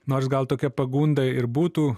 nors gal tokia pagunda ir būtų